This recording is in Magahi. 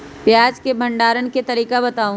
प्याज के भंडारण के तरीका बताऊ?